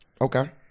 Okay